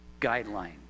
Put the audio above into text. guideline